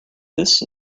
this